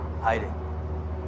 hiding